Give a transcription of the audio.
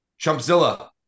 Chumpzilla